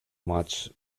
much